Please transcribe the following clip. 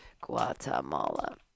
Guatemala